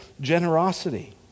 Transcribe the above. generosity